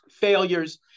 failures